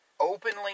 Openly